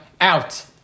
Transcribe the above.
out